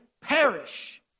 perish